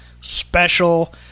special